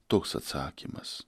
toks atsakymas